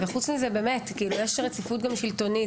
חוץ מזה, יש גם רציפות שלטונית.